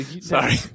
sorry